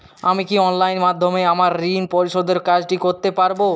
আমি কি অনলাইন মাধ্যমে আমার ঋণ পরিশোধের কাজটি করতে পারব?